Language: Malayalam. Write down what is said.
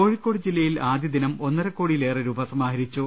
കോഴിക്കോട് ജില്ലയിൽ ആദ്യദിനം ഒന്നരകോടിയി ലേറെ രൂപ സമാഹരിച്ചു